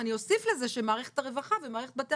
ואני אוסיף לזה שמערכת הרווחה ומערכת בתי